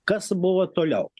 kas buvo toliau